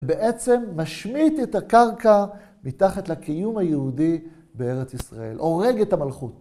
בעצם משמיט את הקרקע מתחת לקיום היהודי בארץ ישראל. הורג את המלכות.